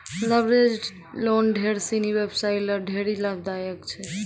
leveraged loan ढेर सिनी व्यवसायी ल ढेरी लाभदायक छै